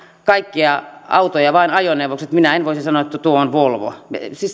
kaikkia autoja vain ajoneuvoiksi että minä en voisi sanoa että tuo on volvo